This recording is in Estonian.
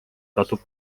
tasub